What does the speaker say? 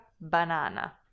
banana